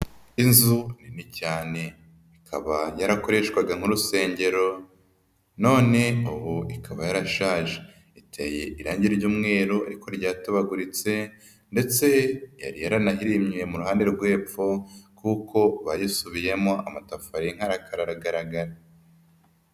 Inzu nini cyane, ikaba yarakoreshwaga nk'urusengero, none ubu ikaba yarashaje, iteye irangi ry'umweru ariko ryatabaguritse ndetse yari yaranayihirimye mu ruhande rwe'pfo kuko bayisubiyemo, amatafari y'inkarakara aragaragara.